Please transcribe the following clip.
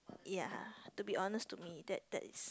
ya to be honest to me that that is